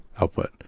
output